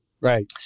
Right